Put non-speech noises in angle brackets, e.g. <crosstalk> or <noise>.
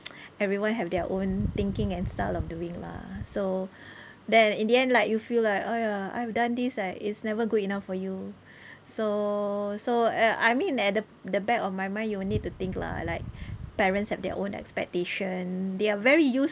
<noise> everyone have their own thinking and style of doing lah so then in the end like you feel like !aiya! I've done this like it's never good enough for you so so uh I mean at the the back of my mind you will need to think lah like parents have their own expectation they are very used